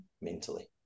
mentally